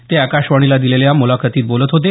ते आकाशवाणीला दिलेल्या मुलाखतीत बोलत होते